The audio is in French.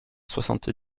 soixante